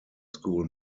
school